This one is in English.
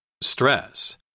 Stress